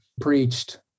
preached